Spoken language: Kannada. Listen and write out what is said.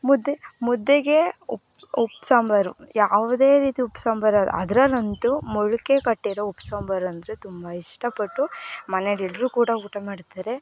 ಮುದ್ದೆ ಮುದ್ದೆಗೆ ಉಪ್ಪು ಉಪ್ಸಾಂಬಾರು ಯಾವುದೇ ರೀತಿ ಉಪ್ಸಾಂಬಾರು ಅದರಲ್ಲಂತೂ ಮೊಳಕೆ ಕಟ್ಟಿರೋ ಉಪ್ಸಾಂಬಾರಂದರೆ ತುಂಬ ಇಷ್ಟಪಟ್ಟು ಮನೆಯಲ್ ಎಲ್ಲರೂ ಕೂಡ ಊಟ ಮಾಡ್ತಾರೆ